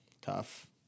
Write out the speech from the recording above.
tough